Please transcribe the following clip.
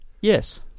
Yes